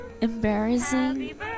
embarrassing